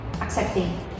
accepting